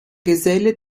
geselle